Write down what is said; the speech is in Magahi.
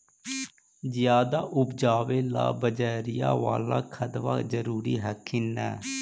ज्यादा उपजाबे ला बजरिया बाला खदबा जरूरी हखिन न?